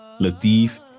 Latif